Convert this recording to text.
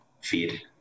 feed